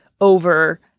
over